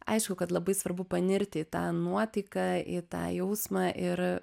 aišku kad labai svarbu panirti į tą nuotaiką į tą jausmą ir